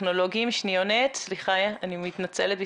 זאת אומרת זה חלק ממה